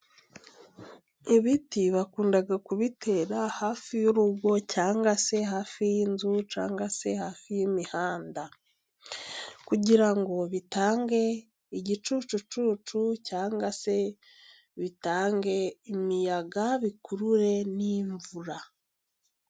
Ibiti bakunda kubitera hafi y'urugo, cyangwa se hafi y'inzu, cyangwa se hafi y'imihanda. Kugira ngo bitange igicucucucu, cyangwa se bitange imiyaga, bikurure n'imvura.